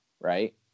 right